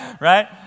Right